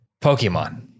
Pokemon